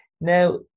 Now